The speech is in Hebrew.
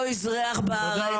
הוא איזרח בארץ.